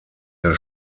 der